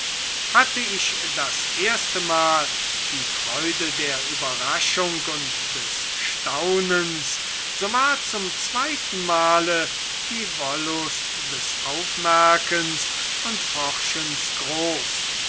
hatte ich das erste mal die freude der überraschung und des staunens so war zum zweiten male die wollust des aufmerkens und forschens groß